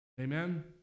Amen